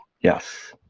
Yes